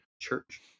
church